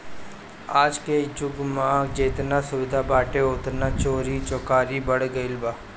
आजके जुग में जेतने सुविधा बाटे ओतने चोरी चकारी बढ़ गईल बा